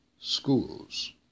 schools